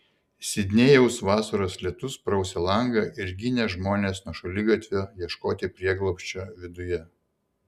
sidnėjaus vasaros lietus prausė langą ir ginė žmones nuo šaligatvio ieškoti prieglobsčio viduje